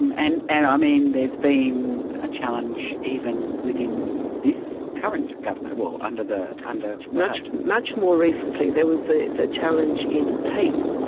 um and and i mean, there's been a challenge even within this current government. well, under rudd. and much much more recently there was the the challenge in pape,